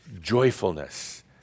joyfulness